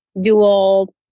dual